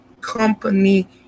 company